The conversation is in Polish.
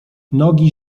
nogi